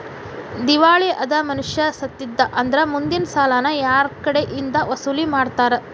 ದಿವಾಳಿ ಅದ್ ಮನಷಾ ಸತ್ತಿದ್ದಾ ಅಂದ್ರ ಮುಂದಿನ್ ಸಾಲಾನ ಯಾರ್ಕಡೆಇಂದಾ ವಸೂಲಿಮಾಡ್ತಾರ?